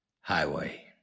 highway